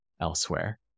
elsewhere